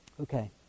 Okay